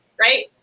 right